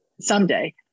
someday